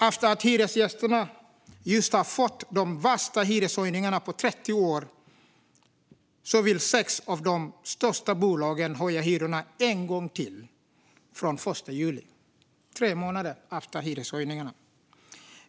Efter att hyresgästerna just har fått de värsta hyreshöjningarna på 30 år vill sex av de största bolagen höja hyrorna en gång till från den 1 juli - tre månader efter den första hyreshöjningen.